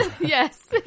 yes